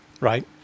right